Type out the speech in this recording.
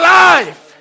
life